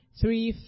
three